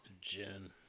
Gin